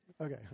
Okay